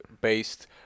based